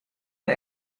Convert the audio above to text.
der